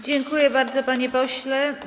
Dziękuję bardzo, panie pośle.